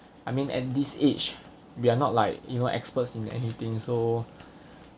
I mean at this age we are not like you know experts in anything so